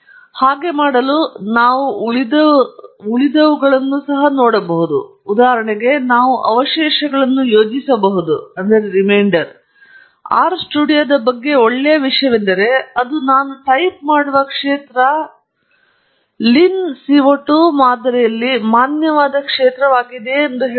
ಈಗ ಹಾಗೆ ಮಾಡಲು ನಾವು ಉಳಿದಿರುವವುಗಳನ್ನು ನೋಡಬಹುದು ಉದಾಹರಣೆಗೆ ನಾವು ಅವಶೇಷಗಳನ್ನು ಯೋಜಿಸಬಹುದು ಆರ್ ಸ್ಟುಡಿಯೊದ ಬಗ್ಗೆ ಒಳ್ಳೆಯ ವಿಷಯವೆಂದರೆ ಅದು ನಾನು ಟೈಪ್ ಮಾಡುವ ಕ್ಷೇತ್ರ ಲಿನ್ CO 2 ಮಾದರಿಯಲ್ಲಿ ಮಾನ್ಯವಾದ ಕ್ಷೇತ್ರವಾಗಿದೆಯೇ ಎಂದು ಹೇಳುತ್ತದೆ